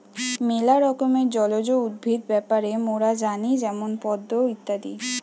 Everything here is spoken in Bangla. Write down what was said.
ম্যালা রকমের জলজ উদ্ভিদ ব্যাপারে মোরা জানি যেমন পদ্ম ইত্যাদি